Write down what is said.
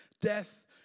death